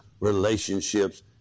relationships